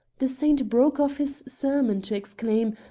the saint broke off his sermon to exclaim,